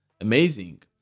amazing